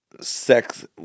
sex